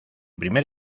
primer